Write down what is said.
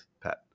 Pat